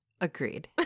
Agreed